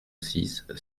six